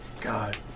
God